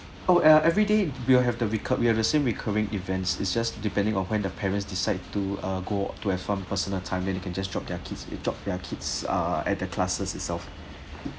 oh uh everyday we will have the recurr~ we have the same recurring events it's just depending on when the parents decide to uh go to have some personal time then they can just drop their kids drop their kids ah at the classes itself